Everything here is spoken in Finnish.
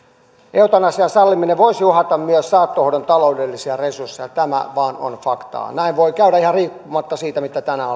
eutanasian salliminen voisi uhata myös saattohoidon taloudellisia resursseja tämä vain on faktaa näin voi käydä ihan riippumatta siitä mitä tänään